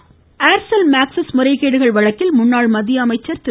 Chidambaram Aircel Maxis முறைகேடுகள் வழக்கில் முன்னாள் மத்திய அமைச்சர் திரு